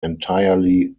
entirely